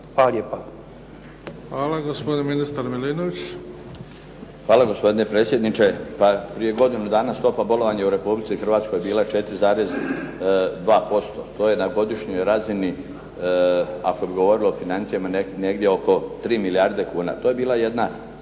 Hvala. Gospodine predsjedniče. Pa prije godinu danas topa bolovanja u Republici Hrvatskoj bila je 4,2%, to je na godišnjoj razini ako bi govorili o financijama negdje oko 3 milijarde kuna. To je bila jedna